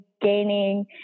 gaining